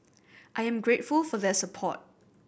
I am grateful for their support